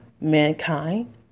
mankind